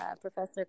Professor